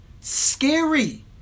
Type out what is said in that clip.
Scary